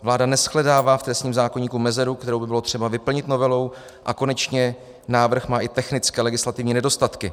Vláda neshledává v trestním zákoníku mezeru, kterou by bylo třeba vyplnit novelou, a konečně návrh má i technické legislativní nedostatky.